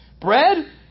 Bread